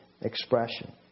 expression